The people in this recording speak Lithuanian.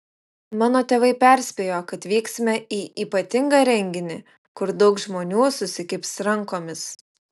mano tėvai perspėjo kad vyksime į ypatingą renginį kur daug žmonių susikibs rankomis